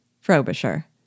Frobisher